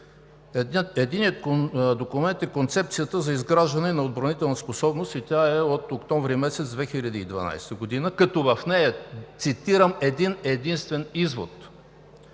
Единият документ е Концепцията за изграждане на отбранителна способност, и тя е от октомври месец 2012 г., като в нея цитирам един-единствен извод: